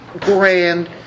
grand